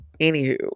Anywho